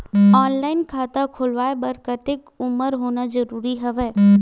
Online खाता खुलवाय बर कतेक उमर होना जरूरी हवय?